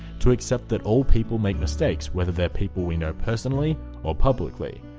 to accept that all people make mistakes whether they're people we know personally or publically.